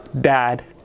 dad